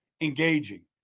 engaging